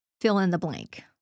fill-in-the-blank